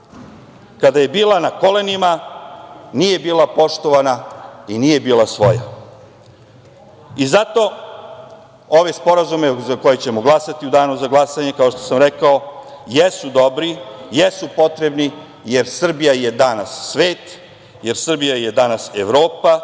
Kada je bila na kolenima nije bila poštovana i nije bila svoja. Zato, ove sporazume za koje ćemo glasati u danu za glasanje kao što sam rekao jesu dobri, jesu potrebni, jer Srbija je danas svet, jer Srbija je danas Evropa